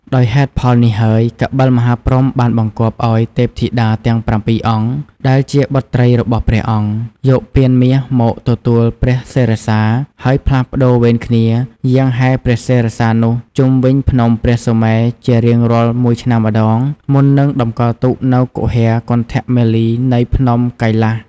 ដោយហេតុផលនេះហើយ កបិលមហាព្រហ្មបានបង្គាប់ឲ្យ ទេពធីតាទាំងប្រាំពីរអង្គ ដែលជាបុត្រីរបស់ព្រះអង្គ យកពានមាសមកទទួលព្រះសិរសា ហើយផ្លាស់ប្ដូរវេនគ្នាយាងហែព្រះសិរសានោះជុំវិញភ្នំព្រះសុមេរុជារៀងរាល់ ១ ឆ្នាំម្ដង មុននឹងតម្កល់ទុកនៅគុហាគន្ធមាលី នាភ្នំកៃលាស។